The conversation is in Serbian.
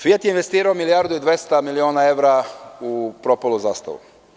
Fijat“ je investirao milijardu i dvesta miliona evra u propalu „Zastavu“